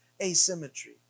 asymmetry